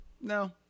no